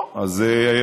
הם צריכים להגן על עצמם.